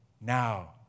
now